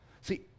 see